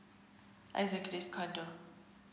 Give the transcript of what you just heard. executive condo